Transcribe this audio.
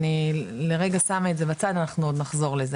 אני לרגע שמה את זה בצד אנחנו עוד נחזור לזה